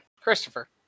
Christopher